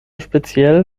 speziell